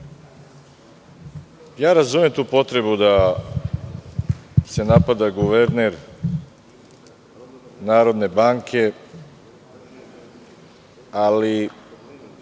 razumem tu potrebu da se napada guverner Narodne banke, ali